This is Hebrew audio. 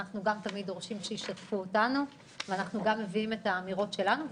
אנחנו גם תמיד דורשים שישתפו אותנו וגם מביאים את האמירות שלנו.